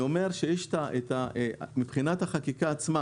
אני אומר שמבחינת החקיקה עצמה